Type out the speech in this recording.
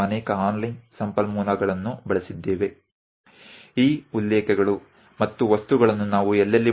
સાથે અમે ઘણાં ઓનલાઇન સંસાધનોનો ઉપયોગ વિસ્તૃત રજૂઆત માટે કરેલ છે